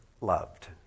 loved